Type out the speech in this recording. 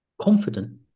confident